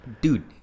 dude